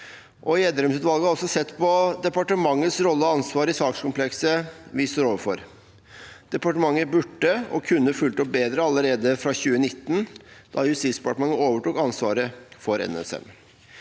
Gjedrem-utvalget har også sett på departementets rolle og ansvar i sakskomplekset vi står overfor. Departementet burde og kunne fulgt opp bedre allerede fra 2019, da Justisdepartementet overtok ansvaret for NSM.